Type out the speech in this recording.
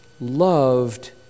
loved